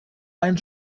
ein